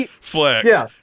Flex